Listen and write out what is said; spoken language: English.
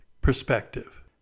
perspective